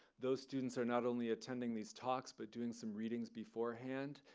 those students are not only attending these talks but doing some readings beforehand.